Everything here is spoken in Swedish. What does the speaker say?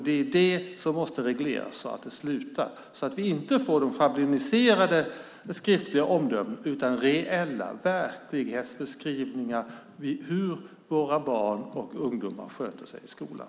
Det är det som måste regleras så att det slutar, så att vi inte får de schabloniserade skriftliga omdömena utan får reella verklighetsbeskrivningar av hur våra barn och ungdomar sköter sig i skolan.